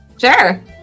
Sure